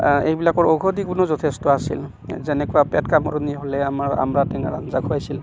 এইবিলাকৰ ঔষধি গুণো যথেষ্ট আছিল যেনেকুৱা পেট কামোৰণি হ'লে আমাৰ আম্ৰা টেঙাৰ আঞ্জা খুৱাইছিল